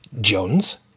Jones